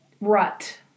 rut